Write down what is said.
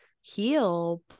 heal